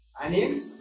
onions